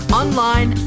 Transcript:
online